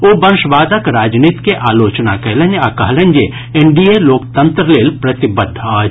ओ वंशवादक राजनीति के आलोचना कयलनि आ कहलनि जे एनडीए लोकतंत्र लेल प्रतिबद्ध अछि